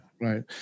Right